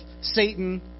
Satan